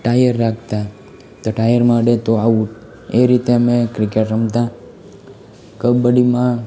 tyre રાખતા તો ટાયરમાં અડે તો આઉટ એ રીતે અમે ક્રિકેટ રમતા કબડ્ડીમાં